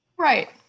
Right